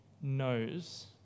knows